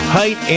height